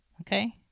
Okay